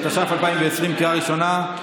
התש"ף 2020, קריאה ראשונה.